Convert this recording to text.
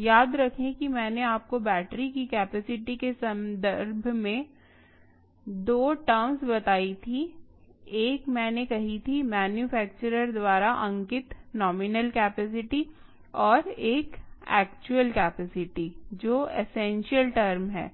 याद रखें कि मैंने आपको बैटरी की कैपेसिटी के सम्बन्ध में दो टर्म्स बताई थी एक मैंने कही थी मैन्युफैक्चरर द्वारा अंकित नॉमिनल कैपेसिटी और एक एक्चुअल कैपेसिटी जो एसेंशियल टर्म है